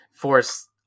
force